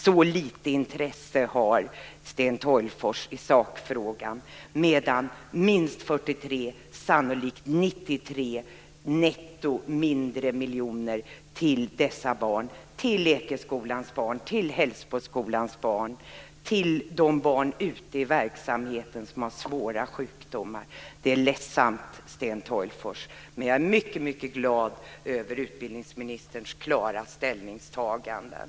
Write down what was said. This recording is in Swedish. Så litet intresse har Sten Tolgfors i sakfrågan - detta samtidigt som det netto handlar om minst 43, sannolikt 93, miljoner kronor mindre till dessa barn, dvs. till Ekeskolans barn, till Hällsboskolans barn och till de barn ute i verksamheten som har svåra sjukdomar. Det är ledsamt, Sten Tolgfors! Dock är jag mycket glad över utbildningsministerns klara ställningstaganden.